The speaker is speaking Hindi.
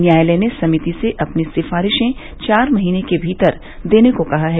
न्यायालय ने समिति से अपनी सिफारिशें चार महीने के भीतर देने को कहा है